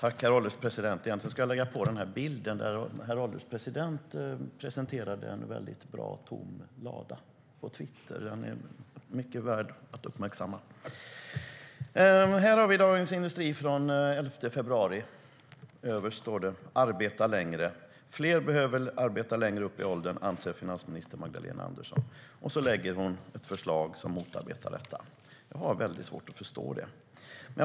Herr ålderspresident! Egentligen skulle jag vilja visa den bild på Twitter där herr ålderspresidenten presenterade en väldigt bra tom lada. Den är väl värd att uppmärksamma. I Dagens Industri den 11 februari säger Magdalena Andersson att fler behöver arbeta längre upp i åldern. Och så lägger hon fram ett förslag som motarbetar detta. Jag har väldigt svårt att förstå det här.